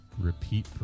repeat